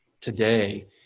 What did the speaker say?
today